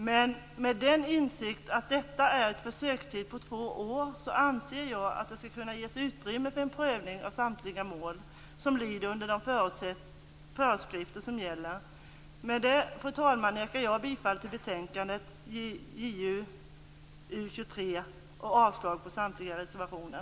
Men med insikten att detta är fråga om en försökstid på två år, anser jag att det skall ges utrymme för en prövning av samtliga mål som lyder under de föreskrifter som gäller. Fru talman! Jag yrkar bifall till hemställan i betänkande JuU23 och avslag på samtliga reservationer.